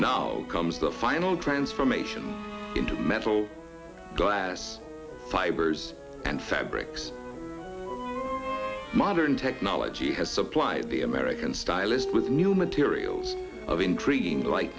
now comes the final transformation into metal glass fibers and fabrics modern technology has supplied the american stylist with new materials of intriguing li